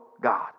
God